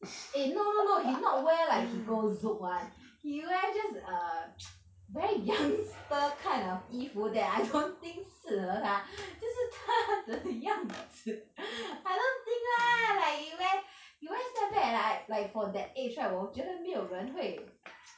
eh no no no he not wear like to go zouk [one] he wear just a very youngster kind of 衣服 that I don't that I don't think 适合他就是他真样子 I don't think lah like he wear he wear snapback like I like for that age right 我觉得没有人会